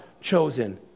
chosen